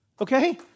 Okay